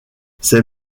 ces